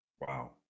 Wow